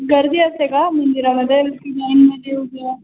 गर्दी असते का मंदिरामध्ये की लाइनमध्ये उभ्या